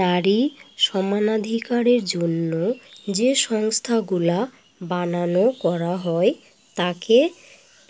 নারী সমানাধিকারের জন্য যে সংস্থাগুলা বানানো করা হয় তাকে